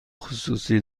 خصوصی